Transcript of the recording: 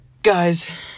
guys